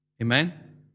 Amen